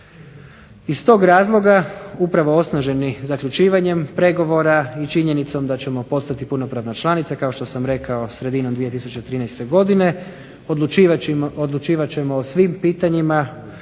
Iz tog razloga upravo osnaženi zaključivanjem pregovora i činjenica da ćemo postati punopravna članica kao što sam rekao sredinom 2013. godine odlučivat ćemo o svim pitanjima